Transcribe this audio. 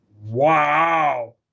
Wow